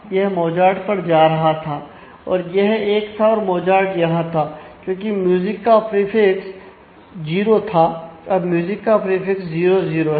यह मोजार्ट पर जा रहा था और यह एक था और मोजार्ट यहां था क्योंकि म्यूजिक का प्रीफिक्स 0 था अब म्यूजिक का प्रीफिक्स 0 0 हैं